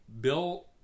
Bill